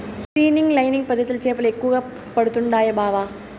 seining lining పద్ధతిల చేపలు ఎక్కువగా పడుతండాయి బావ